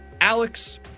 Alex